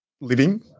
living